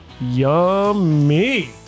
Yummy